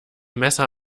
messer